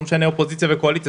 זה לא משנה אופוזיציה וקואליציה,